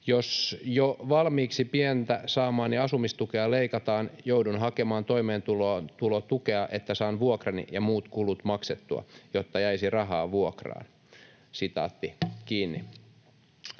Jos jo valmiiksi pientä saamaani asumistukea leikataan, joudun hakemaan toimeentulotukea, että saan vuokrani ja muut kulut maksettua, jotta jäisi rahaa ruokaan.” ”Varoja jäisi